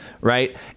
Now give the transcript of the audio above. right